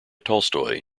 tolstoy